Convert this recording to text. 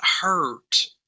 hurt